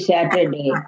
Saturday